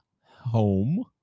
home